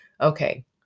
okay